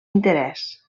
interès